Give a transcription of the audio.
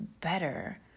better